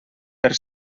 per